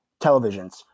televisions